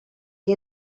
que